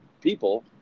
people